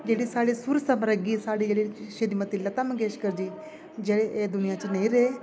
जेह्ड़ी साढ़ी सूर सम्रागी साढ़ी जेह्ड़ी श्रीमती लता मग्गेश्कर जी जेह्ड़े एह् दुनियां च नेईं रेह्